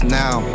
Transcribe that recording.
now